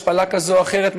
השפלה כזו או אחרת,